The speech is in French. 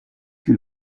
que